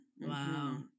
Wow